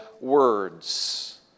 words